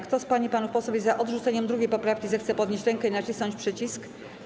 Kto z pań i panów posłów jest za odrzuceniem 2. poprawki, zechce podnieść rękę i nacisnąć przycisk.